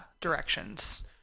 directions